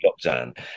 lockdown